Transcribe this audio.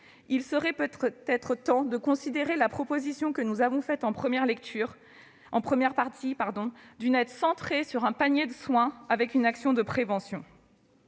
il serait peut-être temps de considérer la proposition que nous avons faite en première partie d'une aide centrée sur un panier de soins et sur la prévention.